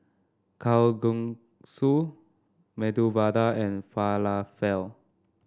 Kalguksu Medu Vada and Falafel